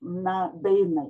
na dainai